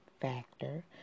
factor